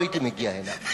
לא הייתי מגיע הנה.